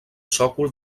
sòcol